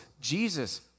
Jesus